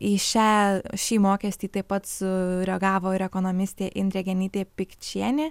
į šią šį mokestį taip pat sureagavo ir ekonomistė indrė genytė pikčienė